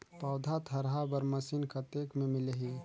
पौधा थरहा बर मशीन कतेक मे मिलही?